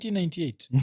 1998